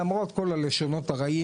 למרות כל הלשונות הרעים.